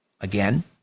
Again